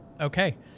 Okay